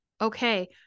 Okay